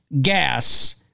gas